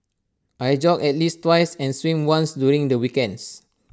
I jog at least twice and swim once during the weekends